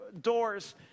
doors